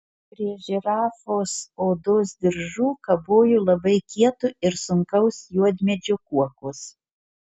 prie žirafos odos diržų kabojo labai kieto ir sunkaus juodmedžio kuokos